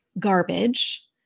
garbage